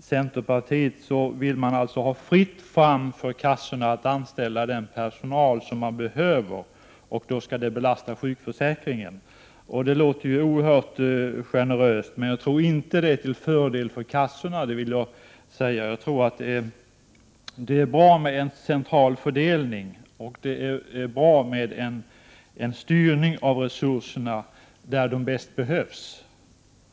centerpartiet att det skall vara fritt fram för kassorna att anställa den personal som man behöver. Detta skall då belasta sjukförsäkringen. Förslaget förefaller oerhört generöst, men jag tror inte att det är till fördel för kassorna. Det är nog bra med en central fördelning och en styrning av resurserna dit där de bäst behövs.